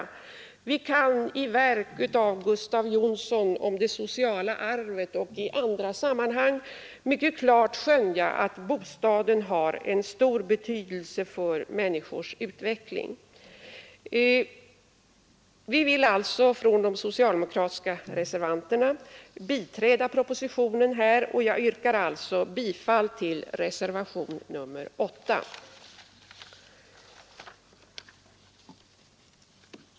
Av bl.a. Gustav Jonssons verk om det sociala arvet framgår det klart att bostaden har en mycket stor betydelse för människors utveckling. De socialdemokratiska reservanterna biträder alltså propositionen på denna punkt. Jag yrkar bifall till reservation nr 8.